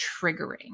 triggering